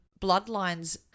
Bloodlines